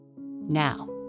now